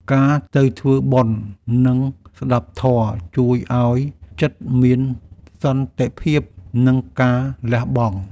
ការទៅធ្វើបុណ្យ និងស្តាប់ធម៌ ជួយឱ្យចិត្តមានសន្តិភាព និងការលះបង់។